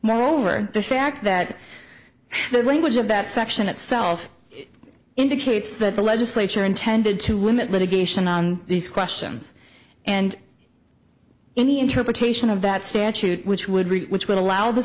moreover the fact that the language of that section itself indicates that the legislature intended to limit litigation on these questions and any interpretation of that statute which would reach which would allow the